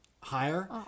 higher